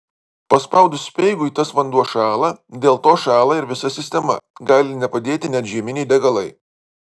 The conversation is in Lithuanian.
paspaudus speigui tas vanduo šąla dėl to šąla ir visa sistema gali nepadėti net žieminiai degalai